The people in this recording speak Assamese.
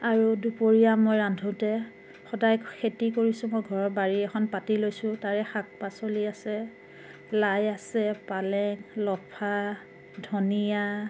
আৰু দুপৰীয়া মই ৰান্ধোঁতে সদায় খেতি কৰিছোঁ মই ঘৰৰ বাৰী এখন পাতি লৈছোঁ তাৰে শাক পাচলি আছে লাই আছে পালেং লফা ধনিয়া